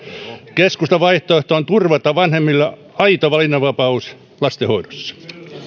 keskustan vaihtoehto on turvata vanhemmille aito valinnanvapaus lastenhoidossa